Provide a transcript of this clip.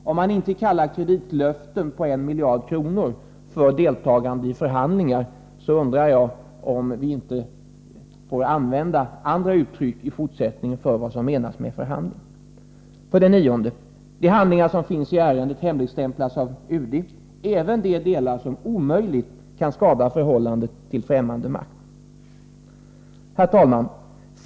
Om man inte med uttrycket ”löften om en kredit på en miljard kronor” avser deltagande i förhandlingar, undrar jag om vi inte skall använda andra uttryck i fortsättningen för vad som menas med ordet förhandling. 9. De handlingar som finns i ärendet hemligstämplas av UD — även sådana handlingar som omöjligen kan skada förhållandet till ffrämmande makt. Herr talman!